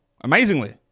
amazingly